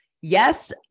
yes